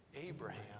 Abraham